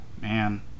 Man